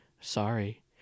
Sorry